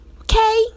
Okay